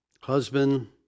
husband